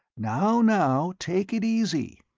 now, now, take it easy!